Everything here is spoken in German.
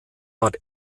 bad